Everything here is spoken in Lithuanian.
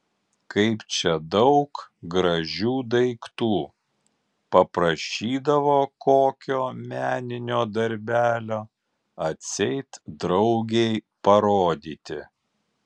kaip čia daug gražių daiktų paprašydavo kokio meninio darbelio atseit draugei parodyti